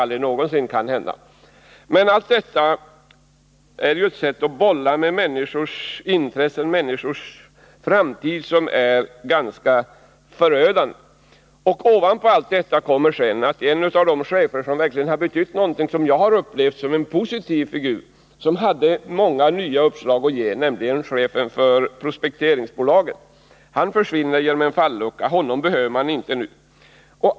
Allt detta är ett ganska förödande sätt att bolla med människors framtid. Ovanpå alltsamman kommer sedan att en av de chefer som verkligen har betytt någonting, som jag har upplevt som en positiv figur och som hade många nya uppslag att ge, nämligen chefen för prospekteringsbolaget, försvinner som genom en fallucka — honom behöver man inte.